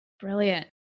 Brilliant